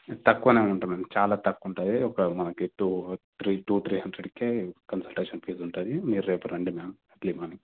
తక్కువనే ఉంటుంది మ్యామ్ చాలా తక్కువ ఉంటుంది ఒక మనకి టూ త్రీ టూ త్రీ హండ్రెడ్కే కన్సల్టేషన్ ఫీజ్ ఉంటుంది మీరు రేపు రండి మ్యామ్ ఎర్లీ మార్నింగ్